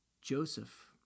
Joseph